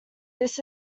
this